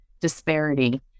disparity